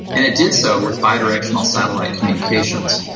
and it did so with bidirectional satellite communications.